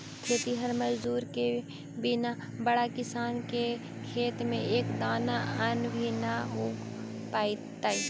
खेतिहर मजदूर के बिना बड़ा किसान के खेत में एक दाना अन्न भी न उग पइतइ